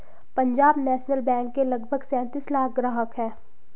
Punjab national bank के लगभग सैंतीस लाख ग्राहक हैं